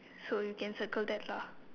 so you can circle that lah